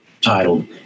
titled